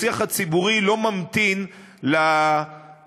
השיח הציבורי לא ממתין לסוף.